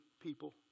people